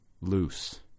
loose